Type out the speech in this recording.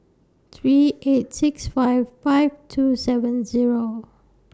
three eight six five five two seven Zero